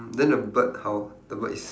then the bird how the bird is